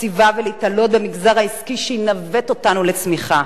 תקציבה ולהיתלות במגזר העסקי שינווט אותנו לצמיחה,